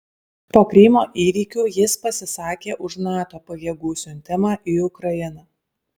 po krymo įvykių jis pasisakė už nato pajėgų siuntimą į ukrainą